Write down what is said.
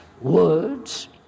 words